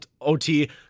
OT